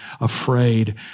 afraid